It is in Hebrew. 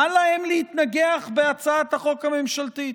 מה להם להתנגח בהצעת החוק הממשלתית?